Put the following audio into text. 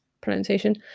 pronunciation